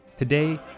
Today